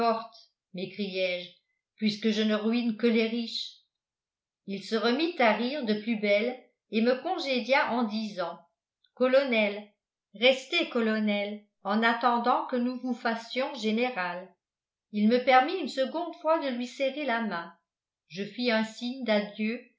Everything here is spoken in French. m'écriai-je puisque je ne ruine que les riches il se remit à rire de plus belle et me congédia en disant colonel restez colonel en attendant que nous vous fassions général il me permit une seconde fois de lui serrer la main je fis un signe d'adieu